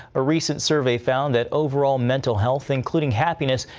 a recent survey found that overall mental health, including happiness,